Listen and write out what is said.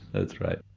that's right.